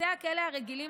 בתי הכלא הרגילים,